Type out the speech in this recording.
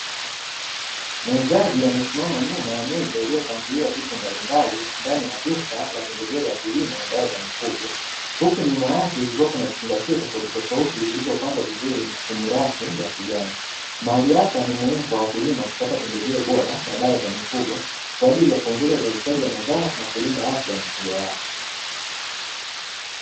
Muuzaji amesimama nyuma ya meza iliyopangiliwa vitu mbalimbali ndani ya duka la pembejeo za kilimo na dawa za mifugo. Huku nyuma yake kukiwa na vifungashio tofauti tofauti vilivyopangwa vizuri kwenye rafu ya kijani. Mahali hapa ni muhimu kwa wa kulima kupata pembejeo bora na dawa za mifugo kwa ajili ya kuongeza uzalishaji wa mazao na kulinda afya ya mifugo yao.